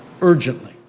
urgently